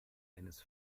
eines